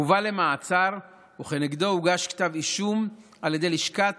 הובא למעצר, וכנגדו הוגש כתב אישום על ידי לשכת